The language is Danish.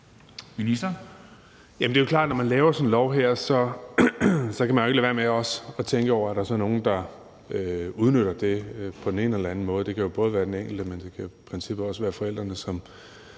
Bek): Det er jo klart, at når man laver sådan en lov her, så kan man jo ikke lade være med også at tænke over, om der så er nogle, der udnytter det på den ene eller den anden måde. Det kan jo både være den enkelte, men det kan i princippet også være forældrene, som